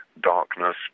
darkness